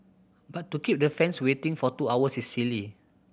but to keep the fans waiting for two hours is silly